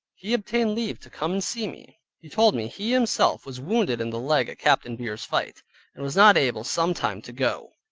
he obtained leave to come and see me. he told me he himself was wounded in the leg at captain beer's fight and was not able some time to go,